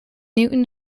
newton